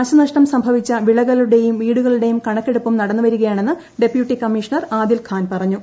നാശനഷ്ടം സംഭവിച്ച വിളകളുടെയും വീടുകളുടെയും കണക്കെടുപ്പും നടന്നുവരികയാണെന്ന് ഡപ്യൂട്ടി കമ്മിഷണർ ആദിൽ ഖാൻ പറഞ്ഞു